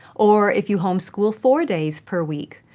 or if you homeschool four days per week,